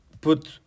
put